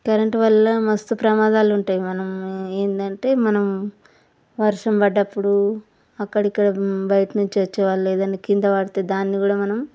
current వల్ల మస్తు ప్రమాదాలు ఉంటాయి మనం ఏంటంటే మనం వర్షం పడినప్పుడు అక్కడిక్కడ బయటి నుంచి వచ్చేవాళ్ళు ఏదయినా కిందపడితే దాన్ని కూడా మనం